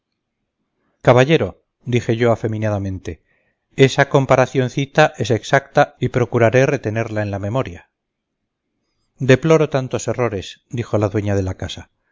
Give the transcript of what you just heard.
caballero dije yo afeminadamente esa comparacioncita es exacta y procuraré retenerla en la memoria deploro tantos errores dijo la dueña de la casa